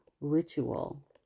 ritual